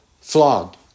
flogged